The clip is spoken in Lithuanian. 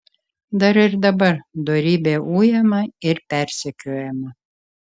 dar ir dabar dorybė ujama ir persekiojama